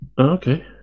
Okay